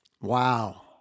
Wow